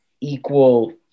equal –